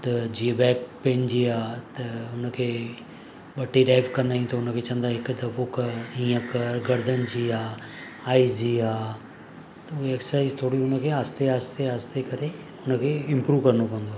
त जीअं back pain जी आहे त उनखे ॿ टे डाइव कंदा आहियूं त उनखे चवंदा हिकु दफ़ो करि हीअं करि गर्दन जी आहे आइस जी आहे त उहे एक्सरसाइज़ थोरी उनखे आहिस्ते आहिस्ते आहिस्ते करे उनखे इंप्रूव करिणो पवंदो आहे